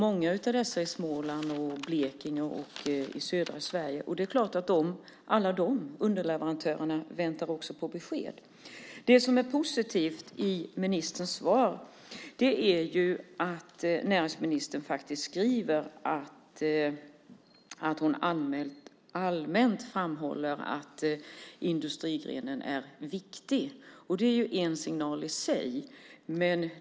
Många av dem finns i Småland, Blekinge och södra Sverige. Alla de underleverantörerna väntar också på besked. Det som är positivt i ministerns svar är att näringsministern faktiskt skriver att hon allmänt framhåller att industrigrenen är viktig. Det är en signal i sig.